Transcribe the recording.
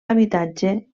habitatge